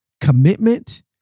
commitment